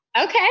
Okay